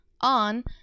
on